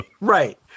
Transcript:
Right